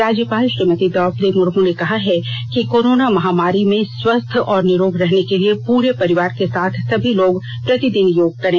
राज्यपाल श्रीमती मुर्मू ने कहा है कि कोरोना महामारी में स्वस्थ और निरोग रहने के लिए पूरे परिवार के साथ सभी लोग प्रतिदिन योग करें